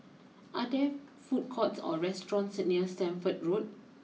are there food courts or restaurants near Stamford Road